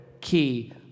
key